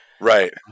right